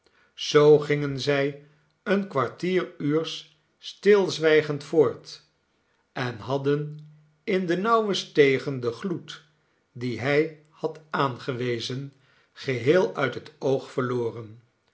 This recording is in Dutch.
zoo gingen zij een kwartieruurs stilzwijgend voort en hadden in de nauwe stegen den gloed dien hij had aangewezen geheel uit het oog verloren